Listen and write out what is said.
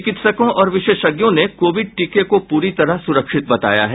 चिकित्सकों और विशेषज्ञों ने कोविड टीके को पूरी तरह सुरक्षित बताया है